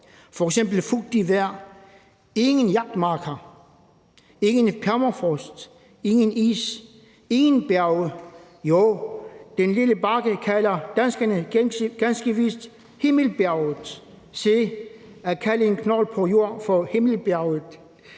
f.eks. fugtigt vejr, ingen jagtmarker, ingen permafrost, ingen is, ingen bjerge, jo, den lille bakke kalder danskerne ganske vist Himmelbjerget. Se, at kalde en knold på jord for Himmelbjerget